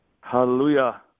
Hallelujah